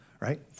right